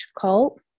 cult